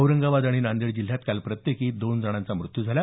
औरंगाबाद आणि नांदेड जिल्ह्यात काल प्रत्येकी दोन जणांचा मृत्यू झाला